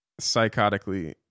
psychotically